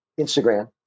Instagram